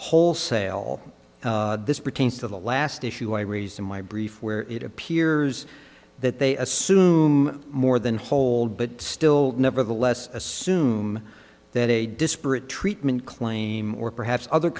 wholesale this pertains to the last issue i raised in my brief where it appears that they assume more than hold but still nevertheless assume that a disparate treatment claim or perhaps other